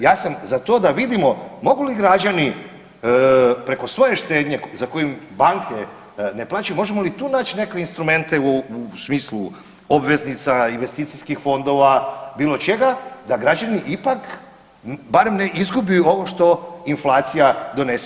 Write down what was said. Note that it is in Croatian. Ja sam za to da vidimo mogu li građani preko svoje štednje za koju banke ne plaćaju možemo li tu naći neke instrumente u smislu obveznika, investicijskih fondova, bilo čega da građani ipak barem ne izgube ovo što inflacija donese.